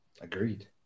Agreed